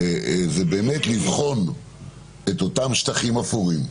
הוא באמת לבחון את אותם שטחים אפורים,